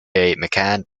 mccann